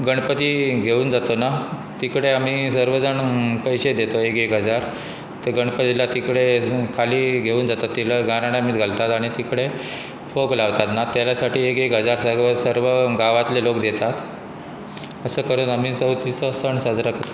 गणपती घेवन जातो ना तिकडे आमी सर्व जाण पयशे देतोय एक एक हजार ते गणपतीला तिकडे खाली घेवन जाता तलो गाराण आमीच घालतात आनी तिकडे फोग लावतात ना तेल्या स एक एक हजार स सर्व गांवांतले लोक देतात असो करून आमी चवथचो सण साजरा करतो